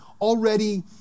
already